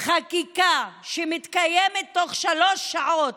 חקיקה שמתקיימת תוך שלוש שעות: